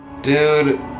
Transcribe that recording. Dude